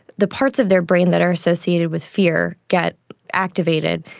the parts of their brain that are associated with fear get activated.